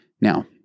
Now